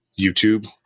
YouTube